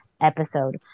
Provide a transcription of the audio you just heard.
episode